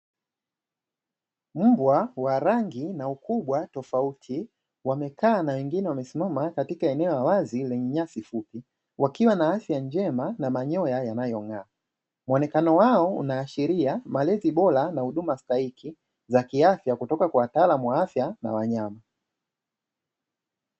Mbwa wa rangi na ukubwa tofauti wamekaa na wengine wamesimama katika eneo la wazi lenye nyasi fupi, wakiwa na afya njema na manyoya yanayong'aa, muonekano wao unaashiria malezi bora na huduma stahiki za kiafya kutoka kwa wataalamu wa afya na wanyama.